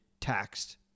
taxed